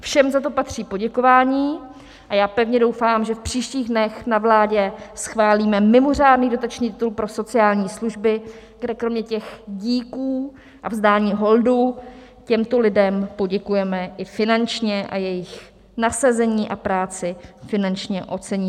Všem za to patří poděkování a já pevně doufám, že v příštích dnech na vládě schválíme mimořádný dotační titul pro sociální služby, kde kromě těch díků a vzdání holdu těmto lidem poděkujeme i finančně a jejich nasazení a práci finančně oceníme.